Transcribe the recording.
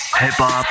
hip-hop